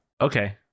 Okay